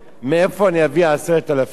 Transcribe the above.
מאיפה אני אביא 10,000 שקל?